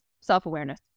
self-awareness